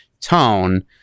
tone